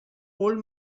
old